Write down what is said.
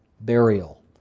burial